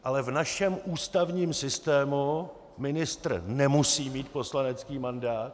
Ale v našem ústavním systému ministr nemusí mít poslanecký mandát.